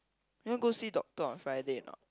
you know go see doctor on Friday or not